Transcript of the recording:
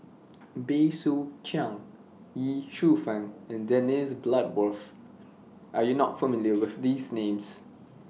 Bey Soo Khiang Ye Shufang and Dennis Bloodworth Are YOU not familiar with These Names